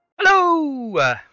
Hello